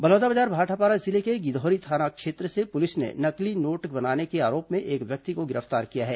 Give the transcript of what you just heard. बलौदाबाजार भाटापारा जिले के गधौरी थाने से पुलिस ने नकली नोट बनाने के आरोप में एक व्यक्ति को गिरफ्तार किया है